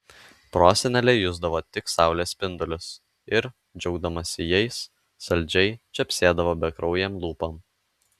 prosenelė jusdavo tik saulės spindulius ir džiaugdamasi jais saldžiai čepsėdavo bekraujėm lūpom